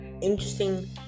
interesting